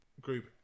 Group